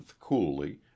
coolly